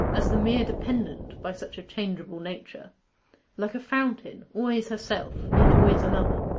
as the mere dependent, by such a changeable nature like a fountain, always herself, yet always another.